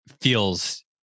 feels